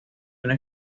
una